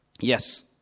Yes